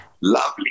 Lovely